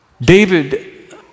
David